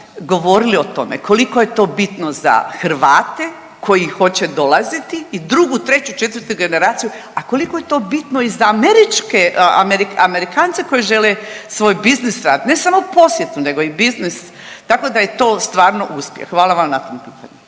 govorili o tome koliko je to bitno za Hrvate koji hoće dolaziti i drugu, treću, četvrtu generaciju, a koliko je to bitno za američke, Amerikance koji žele svoj biznis rad, ne sam o u posjetu, nego i biznis tako da je to stvarno uspjeh, hvala vam na tome.